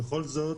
ובכל זאת